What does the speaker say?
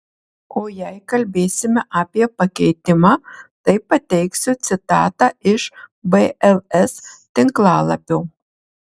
o jei kalbėsime apie pakeitimą tai pateiksiu citatą iš bls tinklalapio